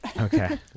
Okay